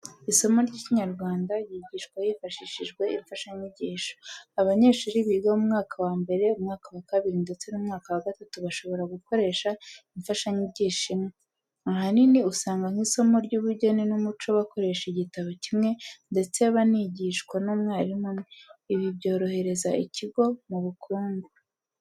Isomo ry'Ikiinyarwanda ryigishwa hifashishijwe imfashanyigisho. Abanyeshuri biga mu mwaka wa mbere, umwaka wa kabiri ndetse n'umwaka wa gatatu bashobora gukoresha imfashanyigisho imwe. Ahanini usanga nk'isomo ry'ubugeni n'umuco bakoresha igitabo kimwe ndetse banigishwa n'umwarimu umwe. Ibi byorohereza ikigo mu bukungu.